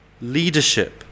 leadership